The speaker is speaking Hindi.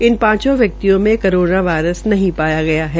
इन पांचों व्यक्तियों में करोना वायरस नहीं पाया गया है